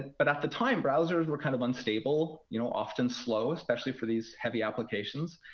but at the time, browsers were kind of unstable, you know often slow, especially for these heavy applications.